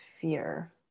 fear